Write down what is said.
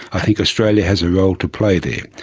i think australia has a role to play there.